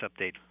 update